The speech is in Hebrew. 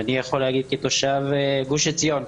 אני יכול להגיד כתושב גוש עציון,